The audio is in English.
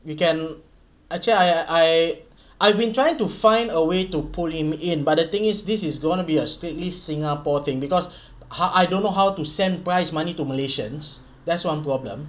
we can actually I I I've been trying to find a way to pull him in but the thing is this is gonna be a strictly singapore thing because ah I don't know how to send prize money to malaysians that's one problem